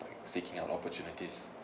seeking out opportunities